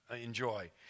enjoy